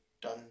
done